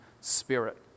spirit